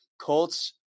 Colts